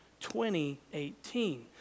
2018